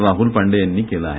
राहूल पांडे यांनी केलं आहे